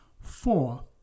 Four